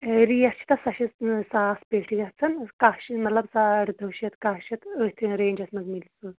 rate چھِ تَتھ سۄ چھِ ساس پٮ۪ٹھۍ گژھان کاہ مطلب ساڑ دٔہ شیٚتھ کاہ شیَتھ أتھۍ رینٛجَس منٛز میلہِ سُہ